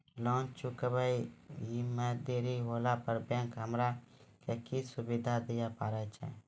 Loan चुकब इ मे देरी होला पर बैंक हमरा की सुविधा दिये पारे छै?